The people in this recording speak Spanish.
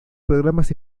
programas